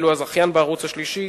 ואילו הזכיין בערוץ השלישי